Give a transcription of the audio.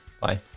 Bye